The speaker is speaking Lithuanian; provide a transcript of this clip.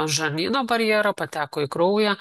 žarnyno barjerą pateko į kraują